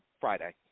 Friday